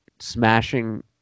smashing